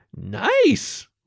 Nice